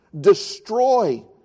destroy